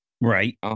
Right